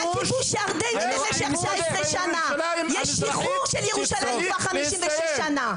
ויש שחרור של ירושלים כבר 56 שנה.